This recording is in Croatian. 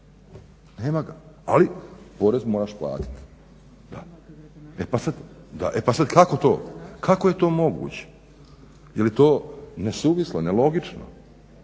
nema ga. Ali, porez moraš platiti, da. E pa sad, kako to? Kako je to moguće? Je li to nesuvislo, nelogično?